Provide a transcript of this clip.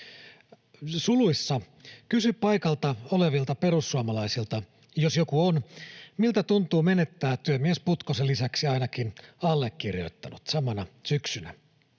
mukaan? (Kysy paikalla olevilta perussuomalaisilta, jos joku on, miltä tuntuu menettää työmies Putkosen lisäksi ainakin allekirjoittanut samana syksynä.)